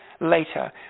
later